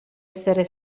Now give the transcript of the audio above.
essere